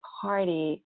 party